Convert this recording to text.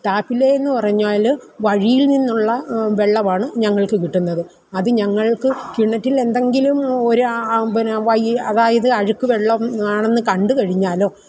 ട്ടാപ്പിലേതെന്ന് പറഞ്ഞാല് വഴിയിൽ നിന്നുള്ള വെള്ളമാണ് ഞങ്ങൾക്ക് കിട്ടുന്നത് അത് ഞങ്ങൾക്ക് കിണറ്റിൽ എന്തെങ്കിലും ഒരു പിന്നെ വയ്യ അതായത് അഴുക്ക് വെള്ളം ആണെന്ന് കണ്ടു കഴിഞ്ഞാലോ